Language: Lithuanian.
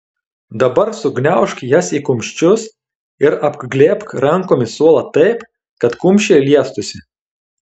dabar sugniaužk jas į kumščius ir apglėbk rankomis suolą taip kad kumščiai liestųsi